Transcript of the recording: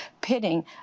pitting